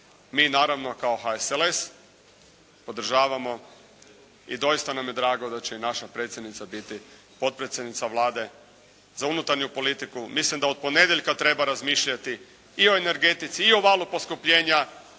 Mi naravno kao HSLS podržavamo i doista nam je drago da će i naša predsjednica biti potpredsjednica Vlade za unutarnju politiku. Mislim da od ponedjeljka treba razmišljati i o energetici i o valu poskupljenja